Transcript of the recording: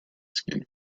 skin